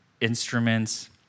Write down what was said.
instruments